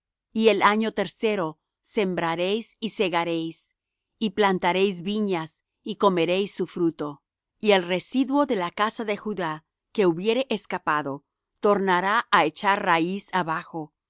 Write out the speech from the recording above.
y el año tercero sembraréis y segaréis y plantaréis viñas y comeréis su fruto y el residuo de la casa de judá que hubiere escapado tornará á echar raíz abajo